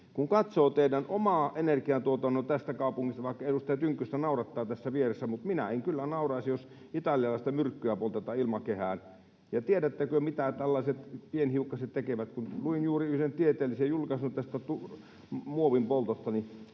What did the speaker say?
Kun katsoo teidän omaa energiantuotantoanne tässä kaupungissa... Vaikka edustaja Tynkkystä naurattaa tässä vieressä, minä en kyllä nauraisi, jos italialaista myrkkyä poltetaan ilmakehään. Ja tiedättekö, mitä tällaiset pienhiukkaset tekevät? Luin juuri yhden tieteellisen julkaisun muovin poltosta,